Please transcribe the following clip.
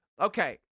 Okay